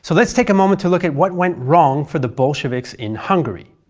so let's take a moment to look at what went wrong for the bolsheviks in hungary.